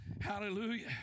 Hallelujah